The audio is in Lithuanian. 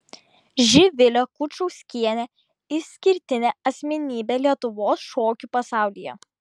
živilė kučauskienė išskirtinė asmenybė lietuvos šokių pasaulyje